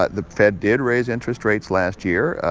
but the fed did raise interest rates last year.